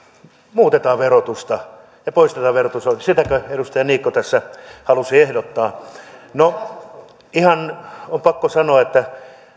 muutetaan verotusta ja poistetaan verotusoikeus sitäkö edustaja niikko tässä halusi ehdottaa no ihan on pakko sanoa että